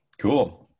Cool